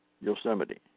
Yosemite